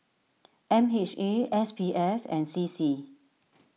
M H A S P F and C C